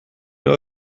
know